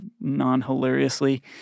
non-hilariously